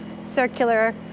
circular